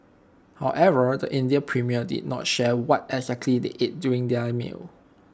however the Indian premier did not share what exactly they ate during their meal